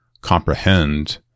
comprehend